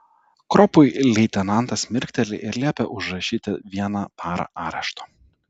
kropui leitenantas mirkteli ir liepia užrašyti vieną parą arešto